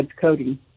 Cody